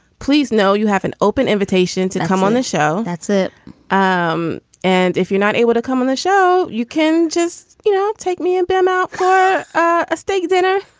please know you have an open invitation to come on the show. that's it um and if you're not able to come on the show, you can just, you know, take me and ben out for ah a steak dinner.